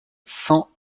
cent